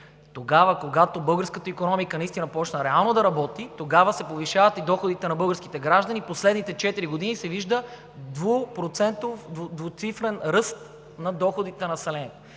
Тогава, когато българската икономика наистина започна реално да работи, тогава се повишават и доходите на българските граждани и в последните четири години се вижда двуцифрен ръст на доходите на населението.